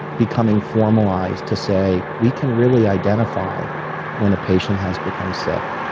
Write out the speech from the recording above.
becoming formalized to say, we can really identify when a patient has become sick.